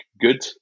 good